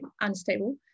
unstable